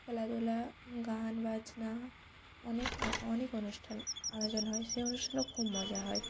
খেলাধূলা গান বাজনা অনেক অনেক অনুষ্ঠান আয়োজন হয় সেই অনুষ্ঠানেও খুব মজা হয়